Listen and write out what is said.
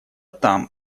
там